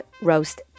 roast